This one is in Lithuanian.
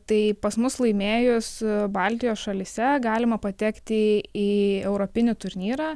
tai pas mus laimėjo su baltijos šalyse galima patekti į europinį turnyrą